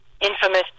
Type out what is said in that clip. infamous